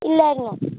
ഇല്ലായിരുന്നു